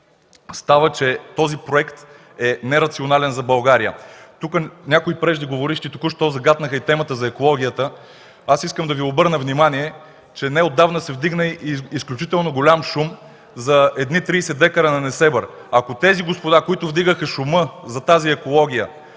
всички, че този проект е нерационален за България. Тук някои преждеговоривши току-що загатнаха и темата за екологията. Аз искам да Ви обърна внимание, че неотдавна се вдигна изключително голям шум за едни 30 декара в Несебър. Нека тези господа, които вдигаха шум за тази екология,